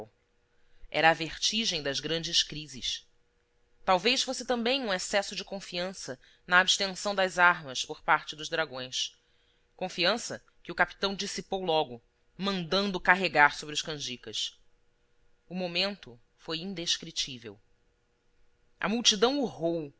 era a vertigem das grandes crises talvez fosse também um excesso de confiança na abstenção das armas por parte dos dragões confiança que o capitão dissipou logo mandando carregar sobre os canjicas o momento foi indescritível a multidão urrou